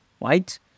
right